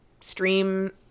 Stream